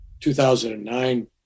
2009